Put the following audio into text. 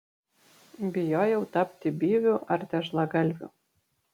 bijojau tapti byviu ar tešlagalviu